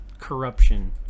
corruption